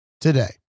today